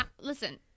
Listen